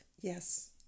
yes